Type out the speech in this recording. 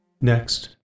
Next